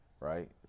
Right